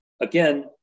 again